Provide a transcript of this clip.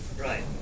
Right